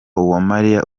uwamariya